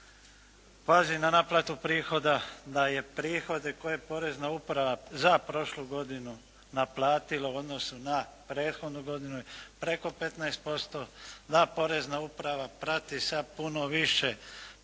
pazi na naplatu prihoda, da je prihodi koje porezna uprava za prošlu godinu naplatila u odnosu na prethodnu godinu preko 15%, da porezna uprava prati sa puno više pravne